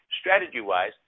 Strategy-wise